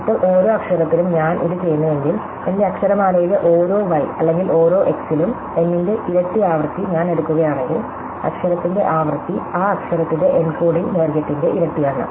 ഇപ്പോൾ ഓരോ അക്ഷരത്തിനും ഞാൻ ഇത് ചെയ്യുന്നുവെങ്കിൽ എന്റെ അക്ഷരമാലയിലെ ഓരോ y അല്ലെങ്കിൽ ഓരോ x ലും n ന്റെ ഇരട്ടി ആവൃത്തി ഞാൻ എടുക്കുകയാണെങ്കിൽ അക്ഷരത്തിന്റെ ആവൃത്തി ആ അക്ഷരത്തിന്റെ എൻകോഡിംഗ് ദൈർഘ്യത്തിന്റെ ഇരട്ടിയാണ്